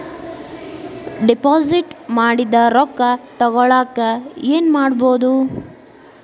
Deposit ಮಾಡಿದ ರೊಕ್ಕ ತಗೋಳಕ್ಕೆ ಏನು ಮಾಡೋದು?